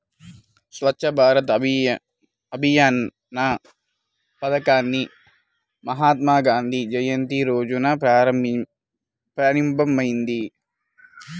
స్వచ్ఛ్ భారత్ అభియాన్ పథకాన్ని మహాత్మాగాంధీ జయంతి రోజున ప్రారంభమైంది